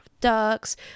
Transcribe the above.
ducks